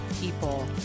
People